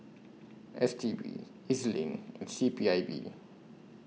S T B E Z LINK and C P I B